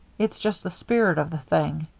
it's just the spirit of the thing.